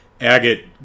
Agate